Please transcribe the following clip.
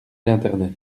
l’internet